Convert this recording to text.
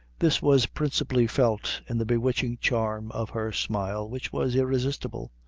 this was principally felt in the bewitching charm of her smile, which was irresistible,